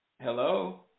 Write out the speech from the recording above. Hello